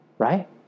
Right